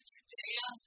Judea